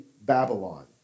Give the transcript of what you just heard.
Babylon